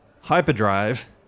hyperdrive